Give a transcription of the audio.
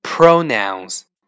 Pronouns